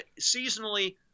seasonally